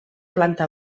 planta